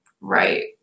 Right